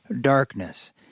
darkness